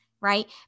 right